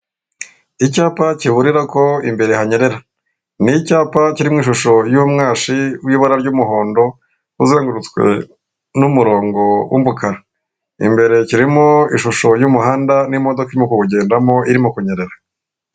icyapa kiburira ko imbere hanyerera ni icyapa kirimo ishusho y'umwashi w'ibara ry'umuhondo uzengurutswe numurongo wumukara imbere kirimo ishusho y'umuhanda n'imodoka irimo kugendamo irimo kunyerera.